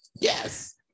Yes